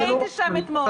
אני הייתי שם אתמול.